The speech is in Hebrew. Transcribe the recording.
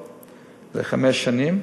מיטות לחמש שנים,